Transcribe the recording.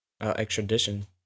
extradition